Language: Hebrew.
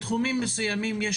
בתחומים מסוימים יש